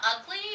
ugly